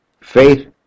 Faith